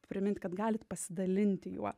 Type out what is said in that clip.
primint kad galit pasidalinti juo